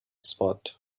spot